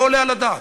לא עולה על הדעת.